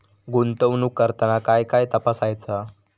गुंतवणूक करताना काय काय तपासायच?